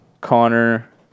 connor